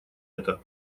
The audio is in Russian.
это